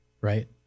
right